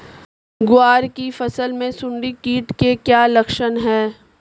ग्वार की फसल में सुंडी कीट के क्या लक्षण है?